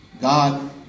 God